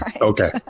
Okay